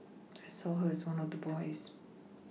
I saw her as one of the boys